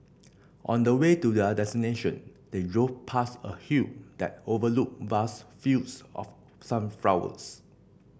on the way to their destination they drove past a hill that overlooked vast fields of sunflowers